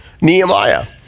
Nehemiah